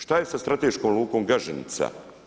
Šta je sa strateškom lukom Gaženica?